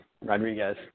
Rodriguez